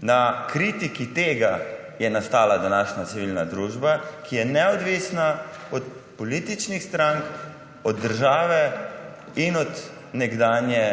na kritiki tega je nastala današnja civilna družba, ki je neodvisna od političnih strank, od države in od nekdanje